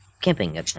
Camping